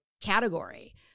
category